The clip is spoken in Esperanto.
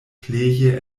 pleje